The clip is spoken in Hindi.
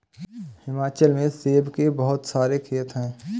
हिमाचल में सेब के बहुत सारे खेत हैं